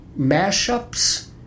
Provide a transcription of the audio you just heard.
mashups